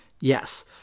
Yes